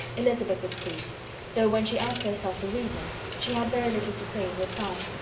elizabeth was pleased though when she asked herself the reason, she had very little to say in reply.